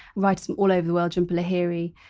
writers from all over the world, jhumpa lahiri.